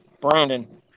Brandon